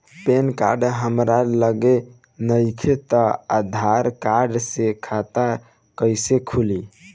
Pan card हमरा लगे नईखे त आधार कार्ड से खाता कैसे खुली?